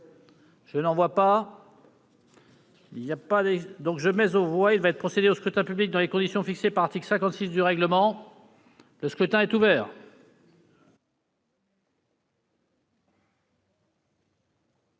demande la parole ?... Il va être procédé au scrutin public dans les conditions fixées par l'article 56 du règlement. Le scrutin est ouvert.